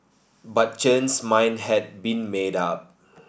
but Chen's mind had been made up